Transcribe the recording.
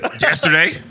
Yesterday